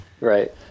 Right